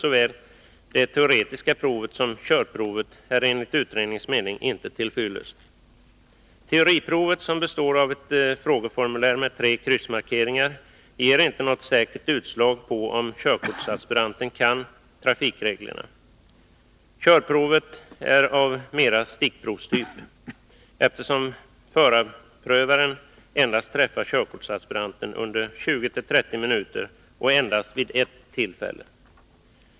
Varken det teoretiska provet eller körprovet är enligt utredningens mening till fyllest. Teoriprovet, som består av ett frågeformulär med tre kryssmarkeringar, ger inte något säkert utslag på om körkortsaspiranten kan trafikreglerna. Körprovet är mera av stickprovstyp, eftersom förarprövaren endast träffar körkortsaspiranten under 20-30 minuter och endast vid ett tillfälle.